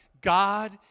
God